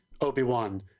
Obi-Wan